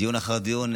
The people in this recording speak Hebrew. דיון אחר דיון,